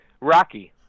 Rocky